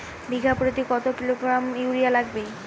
বিঘাপ্রতি কত kilogram urea লাগবে?